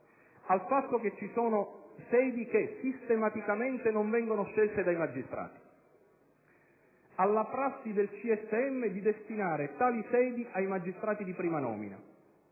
al fatto che ci sono sedi che sistematicamente non vengono scelte dai magistrati; alla prassi del CSM di destinare tali sedi ai magistrati di prima nomina;